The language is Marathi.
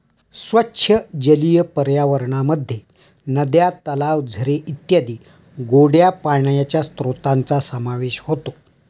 स्वच्छ जलीय पर्यावरणामध्ये नद्या, तलाव, झरे इत्यादी गोड्या पाण्याच्या स्त्रोतांचा समावेश होतो